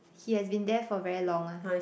he has been there for very long ah